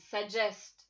suggest